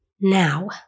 Now